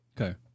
Okay